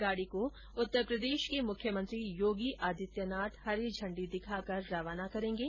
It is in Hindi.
गाडी को उत्तरप्रदेश के मुख्यमंत्री योगी आदित्यनाथ हरी झंडी दिखाकर रवाना करेंगे